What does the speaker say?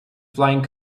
flying